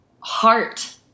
heart